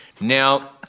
Now